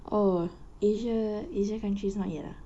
oh asia asia countries not yet ah